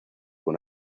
con